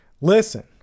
listen